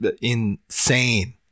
insane